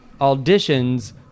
auditions